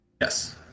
Yes